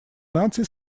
наций